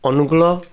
ଅନୁକୂଳ